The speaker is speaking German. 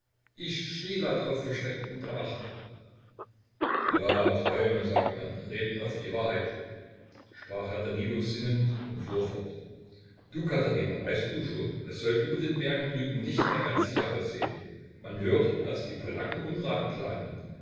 ich schrie laut auf vor schrecken und erwachte ja träume sagt man reden oft die wahrheit sprach herr danilo sinnend und fuhr fort du katherina weißt du schon es soll über den bergen drüben nicht mehr ganz sicher aussehn man hört daß die polacken unrat planen